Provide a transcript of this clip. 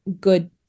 good